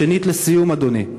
שנית, לסיום, אדוני,